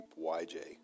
YJ